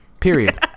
Period